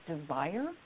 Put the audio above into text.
desire